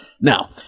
now